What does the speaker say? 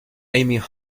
aiming